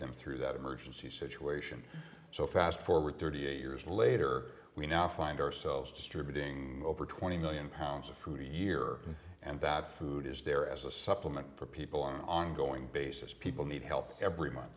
them through that emergency situation so fast forward thirty eight years later we now find ourselves distributing over twenty million pounds of food a year and that food is there as a supplement for people on ongoing basis people need help every month